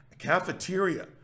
cafeteria